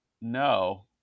No